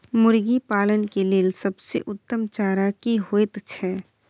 मुर्गी पालन के लेल सबसे उत्तम चारा की होयत छै?